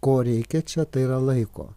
ko reikia čia tai yra laiko